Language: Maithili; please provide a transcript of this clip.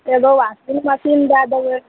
एगो वाशिन्ग मशीन दै देबै